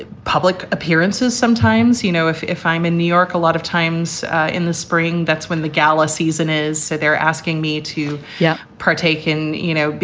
public appearances. sometimes, you know, if if i'm in new york, a lot of times in the spring, that's when the gala season is. so they're asking me to yeah partake in, you know,